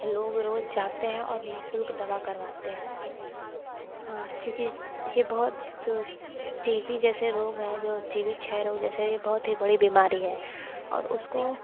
लोग रोज़ जाते हैं और नि शुल्क दवा करवाते हैं हाँ क्योंकि ये बहुत जो टी बी जैसे रोग है जो टी बी क्षय रोग जैसे बहुत ही बड़ी बीमारी है और उसको